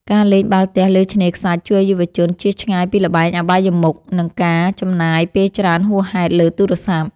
ការលេងបាល់ទះលើឆ្នេរខ្សាច់ជួយឱ្យយុវជន ជៀសឆ្ងាយពីល្បែងអបាយមុខ និងការចំណាយពេលច្រើនហួសហេតុលើទូរស័ព្ទ។